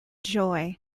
joy